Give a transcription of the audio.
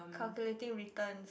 calculating returns